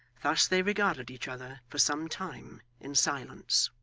thus they regarded each other for some time, in silence.